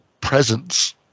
presence